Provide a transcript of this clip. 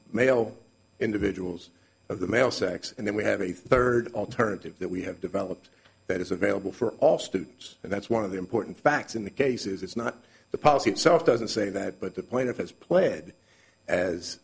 male individuals of the male sex and then we have a third alternative that we have developed that is available for all students and that's one of the important facts in the cases it's not the policy itself doesn't say that but the point it has pled as